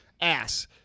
ass